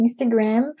Instagram